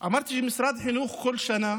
אמרתי שמשרד החינוך כל שנה